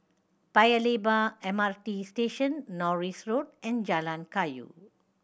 Paya Lebar M R T Station Norris Road and Jalan Kayu